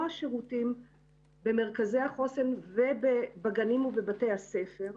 השירותים במרכזי החוסן ובגנים ובבתי הספר,